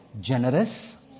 generous